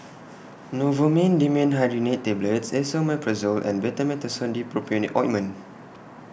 Novomin Dimenhydrinate Tablets Esomeprazole and Betamethasone Dipropionate Ointment